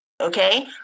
Okay